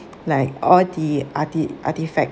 like all the arti~ artifact